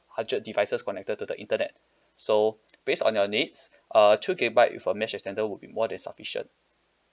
hundred devices connected to the internet so based on your needs uh two gigabyte with a mesh extender would be more than sufficient